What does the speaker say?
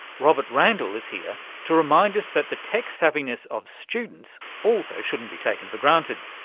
robert randall is here to remind us that the tech savviness of students also shouldn't be taken for granted.